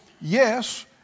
Yes